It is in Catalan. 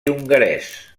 hongarès